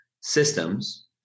systems